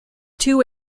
two